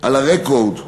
על הרקורד,